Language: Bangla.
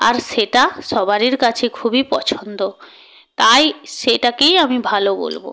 আর সেটা সবারির কাছে খুবই পছন্দ তাই সেটাকেই আমি ভালো বলবো